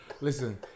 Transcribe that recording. Listen